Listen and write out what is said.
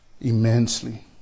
immensely